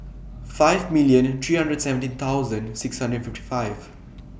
five million three hundred seventeen thousand six hundred fifty five